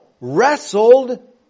wrestled